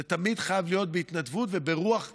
זה תמיד חייב להיות בהתנדבות וברוח ובמוטיבציה,